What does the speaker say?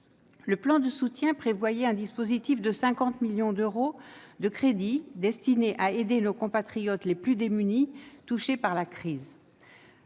Le plan de soutien prévoyait un dispositif de 50 millions d'euros de crédits, destiné à aider nos compatriotes les plus démunis touchés par la crise.